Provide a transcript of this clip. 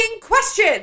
question